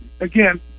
again